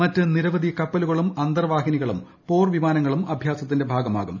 മറ്റ് നിരവധി കപ്പലുകളും അന്തർവാഹിനികളും പോർവിമാനങ്ങളും അഭ്യാസത്തിന്റെ ഭാഗമാകും